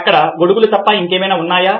అక్కడ గొడుగులు తప్ప ఇంకేమైనా ఉన్నాయా